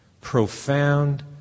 Profound